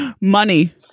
money